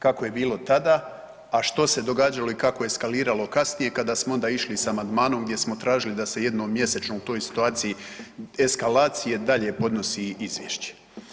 Kako je bilo tada, a što se događalo i kako je eskaliralo kasnije kada smo onda išli sa amandmanom gdje smo tražili da se jednom mjesečno u toj situaciji eskalacije dalje podnosi izvješće.